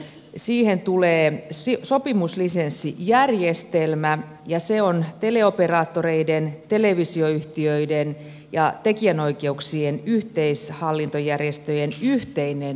siihen tulee sopimuslisenssijärjestelmä ja se on teleoperaattoreiden televisioyhtiöiden ja tekijänoikeuksien yhteishallintojärjestöjen yhteinen ratkaisu